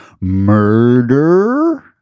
murder